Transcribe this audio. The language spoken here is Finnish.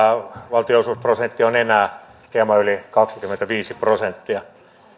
valtionosuusprosentti on enää hieman yli kaksikymmentäviisi prosenttia